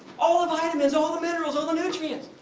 all the vitamins, all the minerals all the nutrients.